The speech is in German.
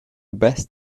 best